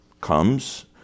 comes